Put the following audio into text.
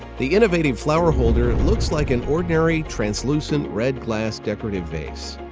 the innovative flower holder looks like an ordinary translucent red glass decorative vase.